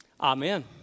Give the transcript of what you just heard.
Amen